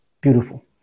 beautiful